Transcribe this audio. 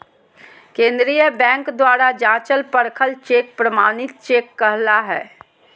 केंद्रीय बैंक द्वारा जाँचल परखल चेक प्रमाणित चेक कहला हइ